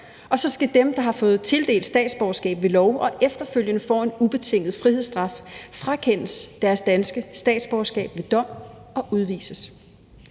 Og så skal dem, der har fået tildelt statsborgerskab ved lov og efterfølgende får en ubetinget frihedsstraf, frakendes deres danske statsborgerskab ved dom og udvises.